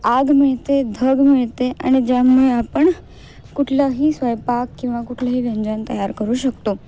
आग मिळते धग मिळते आणि ज्यामुळे आपण कुठलाही स्वयंपाक किंवा कुठलंही व्यंजन तयार करू शकतो